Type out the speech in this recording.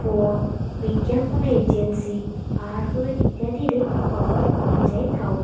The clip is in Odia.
ଫୋନ୍ ବିଜ୍ଞାପନ ଏଜେନ୍ସି ଆଡ଼୍ ଇତ୍ୟାଦିରେ ଖବର ପହଞ୍ଚାଇଥାଉ